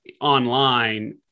online